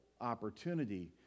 opportunity